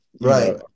right